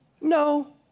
No